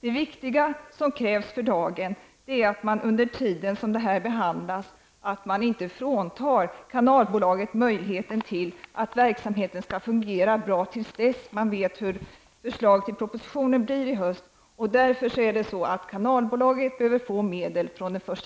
Det viktiga, det som krävs för dagen, är att man under tiden som detta behandlas inte fråntar kanalbolaget möjligheten att låta verksamheten fungera bra till dess man vet hur propositionen ser ut i höst. Därför behöver kanalbolaget få medel från den 1